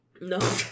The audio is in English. No